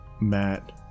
Matt